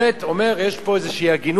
באמת אומר: יש פה איזו הגינות,